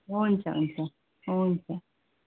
हुन्छ हुन्छ हुन्छ